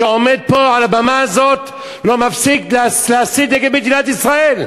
שעומד פה על הבמה הזאת ולא מפסיק להסית נגד מדינת ישראל.